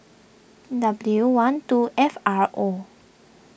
W one two F R O